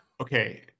Okay